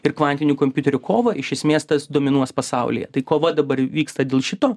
ir kvantinių kompiuterių kovą iš esmės tas dominuos pasaulyje tai kova dabar vyksta dėl šito